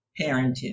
parenting